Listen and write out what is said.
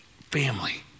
family